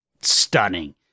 stunning